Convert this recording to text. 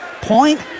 point